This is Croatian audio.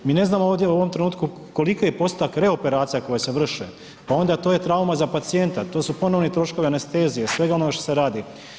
Mi ne znamo u ovom trenutku koliki je postotak reoperacija koje se vrše, pa onda to je trauma za pacijenta, to su ponovni troškovi anestezije svega onog što se radi.